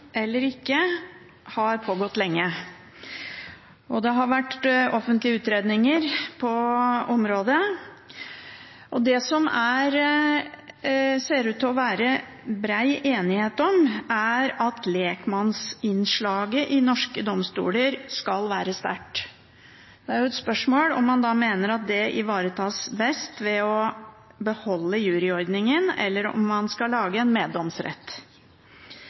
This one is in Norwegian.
eller ikke, har pågått lenge. Det har vært offentlige utredninger på området, og det som det ser ut til å være bred enighet om, er at lekmannsinnslaget i norske domstoler skal være sterkt. Spørsmålet er om man mener at det ivaretas best ved å beholde juryordningen, eller om man skal lage en meddomsrett.